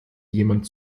jemand